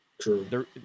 True